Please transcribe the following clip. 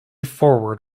forward